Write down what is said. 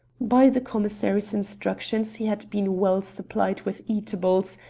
by the commissary's instructions he had been well supplied with eatables,